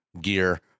gear